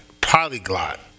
Polyglot